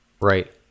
Right